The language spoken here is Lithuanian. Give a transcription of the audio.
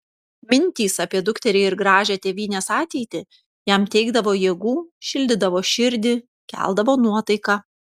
mintys apie dukterį ir gražią tėvynės ateitį jam teikdavo jėgų šildydavo širdį keldavo nuotaiką